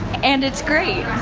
and it's great!